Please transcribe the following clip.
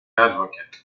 advocate